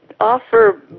Offer